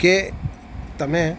કે તમે